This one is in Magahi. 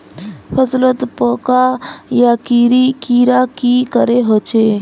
फसलोत पोका या कीड़ा की करे होचे?